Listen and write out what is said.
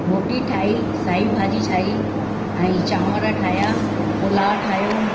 रोटी ठाही साई भाॼी ठाई ऐं चांवर ठाहिया पुलाउ ठाहियो